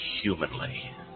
humanly